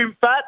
Fat